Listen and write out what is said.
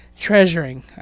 Treasuring